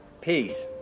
peace